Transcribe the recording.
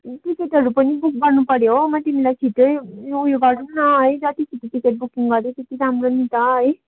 टिकटहरू पनि बुक गर्नुपऱ्यो हो म तिमीलाई छिटै उयो गरौ न है जति छिटो टिकट बुकिङ गऱ्यो त्यति राम्रो नि त है